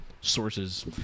sources